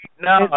No